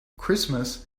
christmas